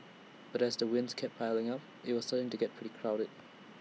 but as the wins kept piling up IT was starting to get pretty crowded